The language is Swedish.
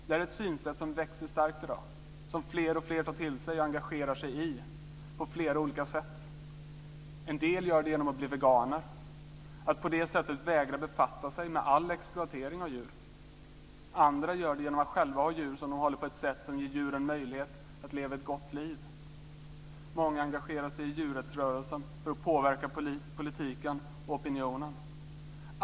Det är ett synsätt som växer starkt i dag, som fler och fler tar till sig och engagerar sig i på flera olika sätt. En del gör det genom att bli veganer, och på det sättet vägrar de att befatta sig med all exploatering av djur. Andra gör det genom att själva hålla djur på ett sätt som ger dem möjligheter att leva ett gott liv. Många engagerar sig i djurrättsrörelsen för att påverka politiken och opinionen.